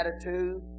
attitude